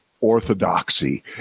orthodoxy